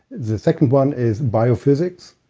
the second one is biophysics.